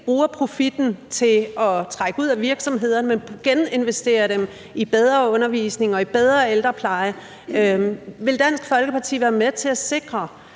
bruger profitten til at trække ud af virksomhederne, men geninvesterer den i bedre undervisning og bedre ældrepleje. Vil Dansk Folkeparti være med til at sikre,